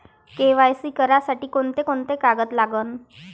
KYC करासाठी कोंते कोंते कागद लागन?